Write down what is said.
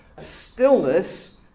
stillness